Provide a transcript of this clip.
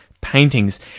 paintings